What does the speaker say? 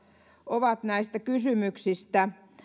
ovat näistä kysymyksistä